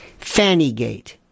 Fannygate